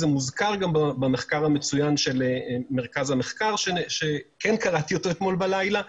זה גם מוזכר במחקר המצוין של מרכז המחקר והמידע שכן קראתי אתמול בלילה,